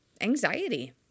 anxiety